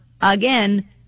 again